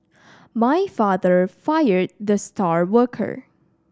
my father fire the star worker